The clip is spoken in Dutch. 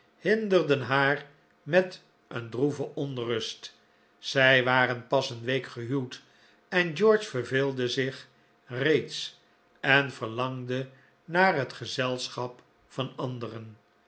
hinderden haar met een droeve onrust zij waren pas een week gehuwd en george verveelde zich reeds en verlangde naar het gezelschap van anderen